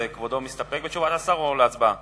כבודו מסתפק בתשובת השר או הצבעה?